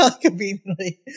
conveniently